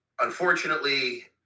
unfortunately